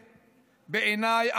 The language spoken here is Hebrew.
בעיניי,